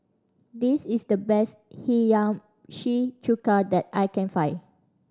this is the best Hiyashi Chuka that I can find